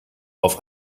auf